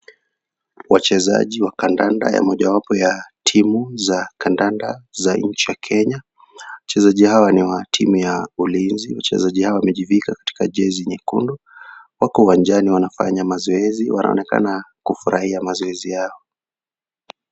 Wachezaji wa kandanda wa mojawapo ya timu za kandanda za nchi ya Kenya. Wachezaji hawa ni wa timu ya Ulinzi. Wachezaji hao wamejivika katika jezi nyekundu. Wako uwanjani wanafanya mazoezi. Wanaoenakana kufurahia mazoezi hayo.